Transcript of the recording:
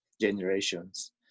generations